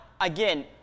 again